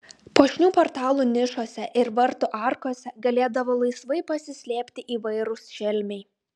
puošnių portalų nišose ir vartų arkose galėdavo laisvai pasislėpti įvairūs šelmiai